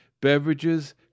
beverages